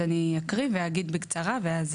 אז אני אקריא ואגיד בקצרה.